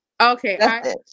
Okay